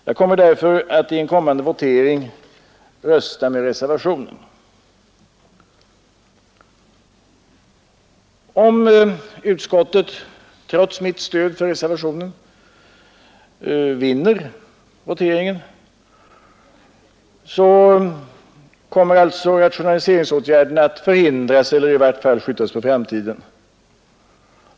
Jag kommer därför att i den kommande voteringen rösta med reservationen. Om utskottet trots mitt stöd för reservationen vinner voteringen kommer alltså rationaliseringsåtgärderna att förhindras eller i vart fall skjutas på framtiden.